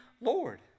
Lord